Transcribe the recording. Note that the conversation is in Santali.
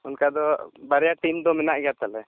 ᱚᱱᱠᱟ ᱫᱚ ᱵᱟᱨᱭᱟ ᱴᱤᱢ ᱫᱚ ᱢᱮᱱᱟᱜ ᱜᱮᱭᱟ ᱛᱟᱞᱮ